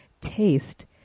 taste